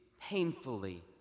painfully